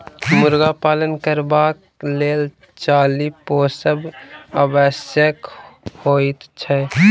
मुर्गा पालन करबाक लेल चाली पोसब आवश्यक होइत छै